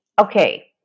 Okay